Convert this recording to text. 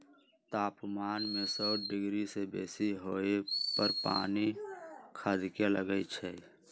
तापमान सौ डिग्री से बेशी होय पर पानी खदके लगइ छै